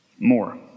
more